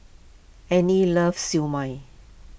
Arny loves Siew Mai